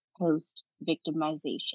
post-victimization